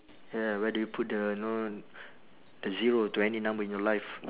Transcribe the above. yeah where do you put the know the zero to any number in your life